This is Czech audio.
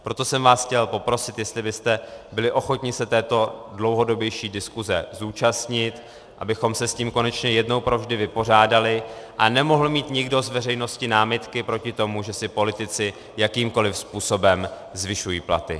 Proto jsem vás chtěl poprosit, jestli byste byli ochotni se této dlouhodobější diskuze zúčastnit, abychom se s tím konečně jednou provždy vypořádali a nemohl mít nikdo z veřejnosti námitky proti tomu, že si politici jakýmkoliv způsobem zvyšují platy.